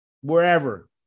wherever